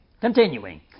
Continuing